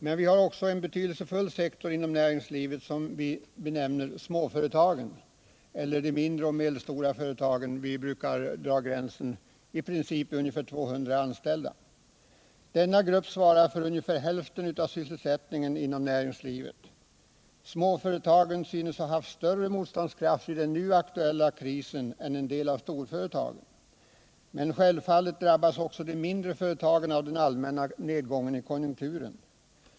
Men vi har också en betydelsefull sektor inom näringslivet som vi benämner småföretagen eller de mindre och medelstora företagen. Vi brukar i princip dra gränsen vid ungefär 200 anställda. Denna grupp svarar för ungefär hälften av sysselsättningen inom näringslivet. Småföretagen synes ha haft större motståndskraft i den nu aktuella krisen än en del av storföretagen. Men självfallet drabbas också de mindre företagen av den allmänna nedgången i konjunkturen.